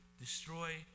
destroy